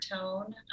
tone